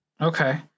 Okay